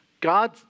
God